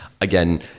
again